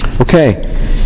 Okay